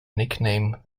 nickname